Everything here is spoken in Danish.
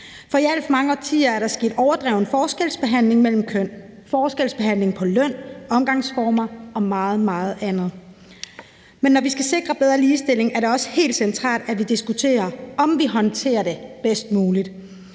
for i alt for mange årtier er der sket overdreven forskelsbehandling mellem kønnene – forskelsbehandling vedrørende med løn, omgangsformer og meget, meget andet. Men når vi skal sikre bedre ligestilling, er det også helt centralt, at vi diskuterer, om vi håndterer det bedst muligt.